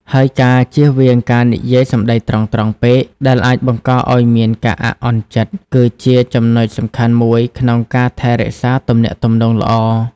ហើយការជៀសវាងការនិយាយសំដីត្រង់ៗពេកដែលអាចបង្កឲ្យមានការអាក់អន់ចិត្ត គឺជាចំណុចសំខាន់មួយក្នុងការថែរក្សាទំនាក់ទំនងល្អ។